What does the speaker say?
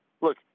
look